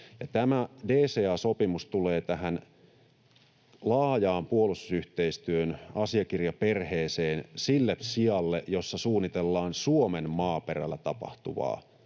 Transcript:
tämä DCA-sopimus tulee tähän laajaan puolustusyhteistyön asiakirjaperheeseen sille sijalle, jossa suunnitellaan Suomen maaperällä tapahtuvaa